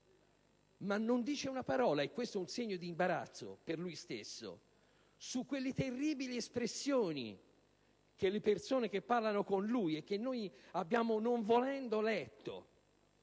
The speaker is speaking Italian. ma non dice una parola ‑ e questo è un segno di imbarazzo per lui stesso ‑ sulle terribili espressioni che usano le persone che parlano con lui e che abbiamo letto,